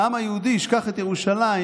שהעם היהודי ישכח את ירושלים,